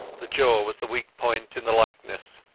the jaw was the weak point in the likeness,